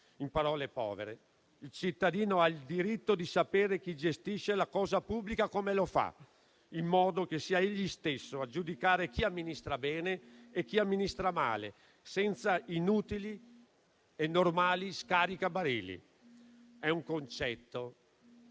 In parole povere, il cittadino ha il diritto di sapere chi gestisce la cosa pubblica come lo fa, in modo che sia egli stesso a giudicare chi amministra bene e chi amministra male, senza inutili e normali scaricabarile. È un concetto